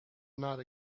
not